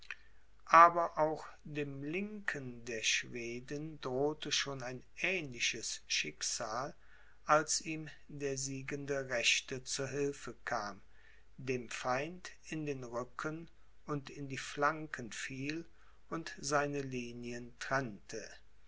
aber auch dem linken der schweden drohte schon ein ähnliches schicksal als ihm der siegende rechte zu hilfe kam dem feind in den rücken und in die flanken fiel und seine linien trennte